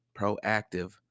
proactive